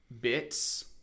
bits